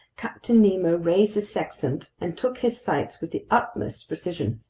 captain nemo raised his sextant and took his sights with the utmost precision.